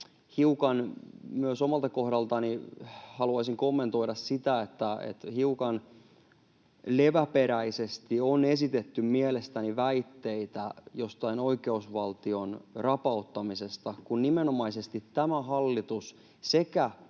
myös omalta kohdaltani haluaisin kommentoida sitä, että hiukan leväperäisesti on esitetty mielestäni väitteitä jostain oikeusvaltion rapauttamisesta, kun tämä hallitus sekä